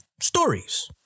stories